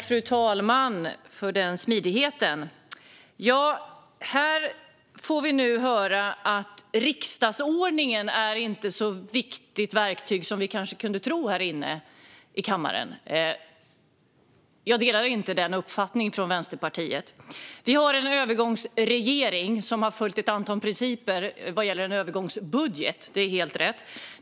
Fru talman! Vi fick här höra att riksdagsordningen inte är ett så viktigt verktyg som vi i kammaren kanske kunde tro. Jag delar inte Vänsterpartiets uppfattning. Det är helt rätt att vi har en övergångsregering som har följt ett antal principer vad gäller en övergångsbudget.